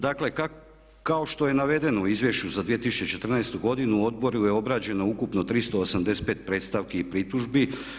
Dakle, kao što je navedeno u izvješću za 2014. godinu u Odboru je obrađeno ukupno 385 predstavki i pritužbi.